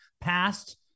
passed